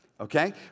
okay